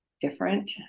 different